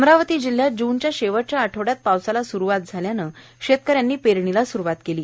अमरावती जिल्ह्यात जूनच्या शेवटच्या आठवड्यात पावसाला स्रवात झाल्यानं शेतकऱ्यांनी पेरणीला सुरुवात केली